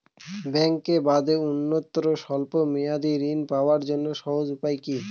ব্যাঙ্কে বাদে অন্যত্র স্বল্প মেয়াদি ঋণ পাওয়ার জন্য সহজ উপায় কি?